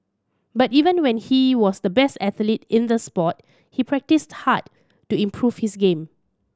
but even when he was the best athlete in the sport he practised hard to improve his game